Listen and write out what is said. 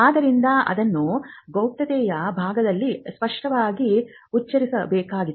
ಆದ್ದರಿಂದ ಅದನ್ನು ಗೌಪ್ಯತೆಯ ಭಾಗದಲ್ಲಿ ಸ್ಪಷ್ಟವಾಗಿ ಉಚ್ಚರಿಸಬೇಕಾಗಿದೆ